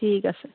ঠিক আছে